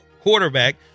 quarterback